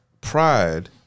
pride